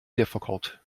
difficult